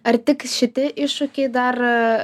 ar tik šitie iššūkiai dar